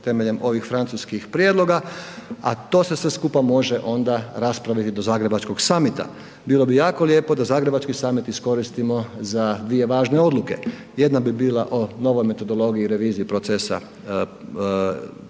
temeljem ovih francuskih prijedloga a to se sve skupa može onda raspraviti do Zagrebačkog summita. Bilo bi jako lijepo da Zagrebački summit iskoristimo za dvije važne odluke. Jedna bi bila o novoj metodologiji i reviziji procesa